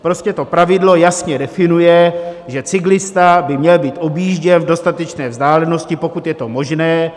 Prostě to pravidlo jasně definuje, že cyklista by měl být objížděn v dostatečné vzdálenosti, pokud je to možné.